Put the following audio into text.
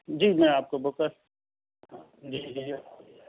جی میں آپ کو بک کر جی جی جی